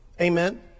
Amen